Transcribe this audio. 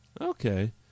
Okay